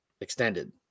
extended